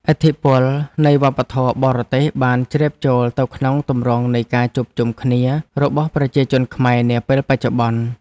ឥទ្ធិពលនៃវប្បធម៌បរទេសបានជ្រាបចូលទៅក្នុងទម្រង់នៃការជួបជុំគ្នារបស់ប្រជាជនខ្មែរនាពេលបច្ចុប្បន្ន។